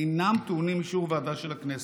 אינם טעונים אישור ועדה של הכנסת.